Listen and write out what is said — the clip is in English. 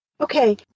Okay